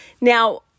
Now